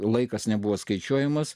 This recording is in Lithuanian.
laikas nebuvo skaičiuojamas